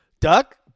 Duck